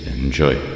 Enjoy